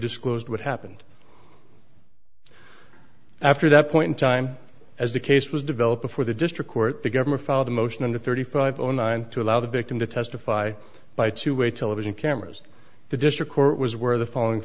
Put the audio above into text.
disclosed what happened after that point in time as the case was developing for the district court the government filed a motion to thirty five zero nine to allow the victim to testify by two way television cameras the district court was where the following